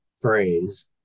phrase